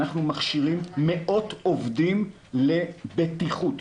אנחנו מכשירים מאות עובדים לבטיחות.